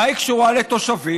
מה היא קשורה לתושבים?